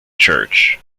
church